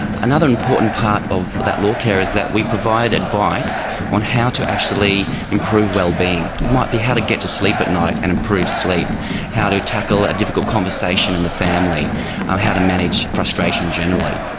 another important part of that law care is that we provide advice on how to actually improve wellbeing. it might be how to get at sleep at night and improve sleep how to tackle a difficult conversation in the family how to manage frustration generally.